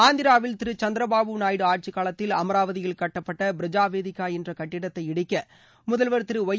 ஆந்திராவில் திரு சந்திரபாபு நாயுடு ஆட்சிக் காலத்தில் அமராவதியில் கட்டப்பட்ட பிரஜாவேதிக்கா என்ற கட்டிடத்தை இடிக்க முதல்வர் திரு ஒய்